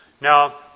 Now